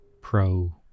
pro